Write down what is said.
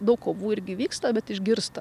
daug kovų irgi vyksta bet išgirsta